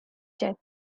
death